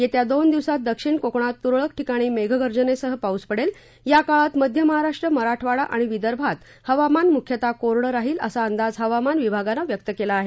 येत्या दोन दिवसांत दक्षिण कोकणात तुरळक ठिकाणी मेघगर्जनेसह पाऊस पडेल याकाळात मध्य महाराष्ट्र मराठवाडा आणि विदर्भात हवामान मुख्यतः कोरडं राहील असा अंदाज हवामान विभागानं व्यक्त केला आहे